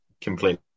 Completely